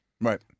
right